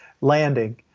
landing